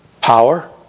Power